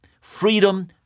freedom